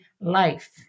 life